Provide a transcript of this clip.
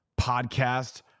podcast